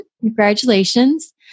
Congratulations